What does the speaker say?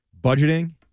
budgeting